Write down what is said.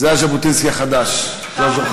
זה ז'בוטינסקי החדש, ז'וזו'